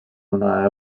una